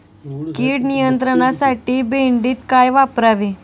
कीड नियंत्रणासाठी भेंडीत काय वापरावे?